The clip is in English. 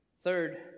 Third